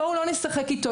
בואו לא נשחק איתו,